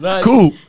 Cool